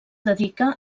dedica